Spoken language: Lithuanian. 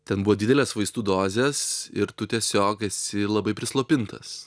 ten buvo didelės vaistų dozės ir tu tiesiog esi labai prislopintas